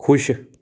ਖੁਸ਼